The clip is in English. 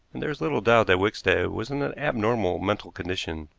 and there is little doubt that wickstead was in an abnormal mental condition.